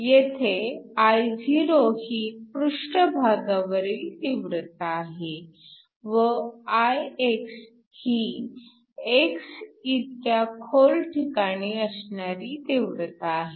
येथे Io ही पृष्ष्ठभागावरील तीव्रता आहे व I ही x इतक्या खोल ठिकाणी असणारी तीव्रता आहे